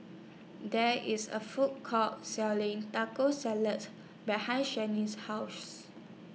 There IS A Food Court Selling Taco Salads behind Shianne's House